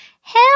help